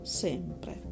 sempre